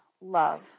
love